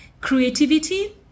creativity